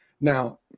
Now